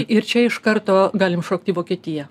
ir čia iš karto galim šokt į vokietiją